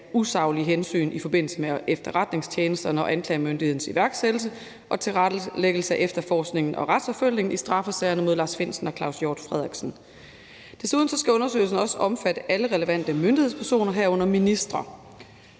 usaglige hensyn i forbindelse med efterretningstjenesterne og anklagemyndighedens iværksættelse og tilrettelæggelse af efterforskningen og retsforfølgningen i straffesagerne mod Lars Findsen og Claus Hjort Frederiksen. Desuden skal undersøgelsen også omfatte alle relevante myndighedspersoner, herunder ministre.